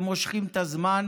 ומושכים את הזמן